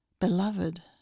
Beloved